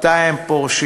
מתי הם פורשים,